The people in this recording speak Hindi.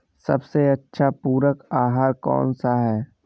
सबसे अच्छा पूरक आहार कौन सा होता है?